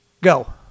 Go